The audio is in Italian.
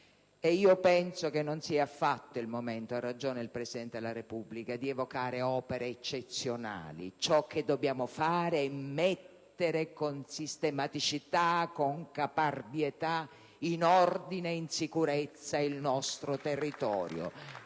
Penso che non sia affatto il momento - ha ragione il Presidente della Repubblica - di evocare opere eccezionali. Ciò che dobbiamo fare è mettere con sistematicità e con caparbietà in ordine e in sicurezza il nostro territorio.